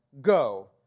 go